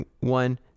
one